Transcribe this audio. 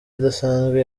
idasanzwe